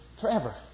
forever